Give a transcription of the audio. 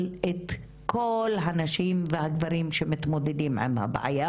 את כל הנשים והגברים שמתמודדים עם הבעיה,